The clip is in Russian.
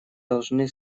должны